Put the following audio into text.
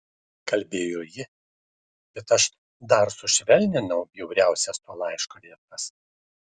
kalbėjo ji bet aš dar sušvelninau bjauriausias to laiško vietas